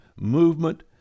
movement